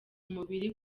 mubiri